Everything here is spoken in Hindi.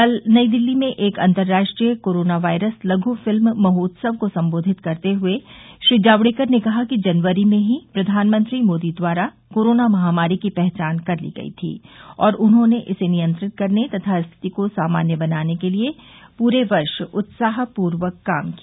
कल नई दिल्ली में एक अंतर्राष्ट्रीय कोरोना वायरस लघ् फिल्म महोत्सव को संबोधित करते हुए श्री जावड़ेकर ने कहा कि जनवरी में ही प्रधानमंत्री मोदी द्वारा कोरोना महामारी की पहचान कर ली गई थी और उन्होंने इसे नियंत्रित करने तथा स्थिति को सामान्य बनाने के लिए पूरे वर्ष उत्साहपूर्वक काम किया